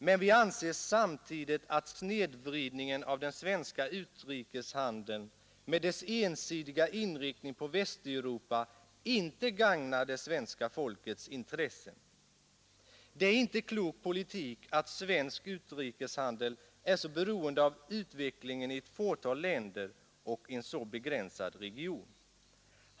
Men vi anser samtidigt att snedvridningen av den svenska utrikeshandeln, med dess ensidiga inriktning på Västeuropa, inte gagnar det svenska folkets intressen. Det är inte klok politik att svensk utrikeshandel är så beroende av utvecklingen i ett fåtal länder och en så begränsad region.